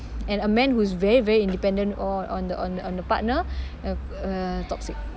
and a man who's very very independent on on the on the on the partner uh uh toxic